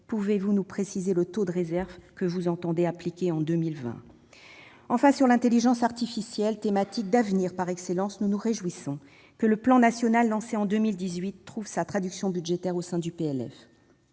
pouvez-vous nous préciser le taux de réserve que vous entendez appliquer en 2020 ? S'agissant de l'intelligence artificielle, thématique d'avenir par excellence, nous nous réjouissons que le plan national lancé en 2018, trouve sa traduction budgétaire au sein du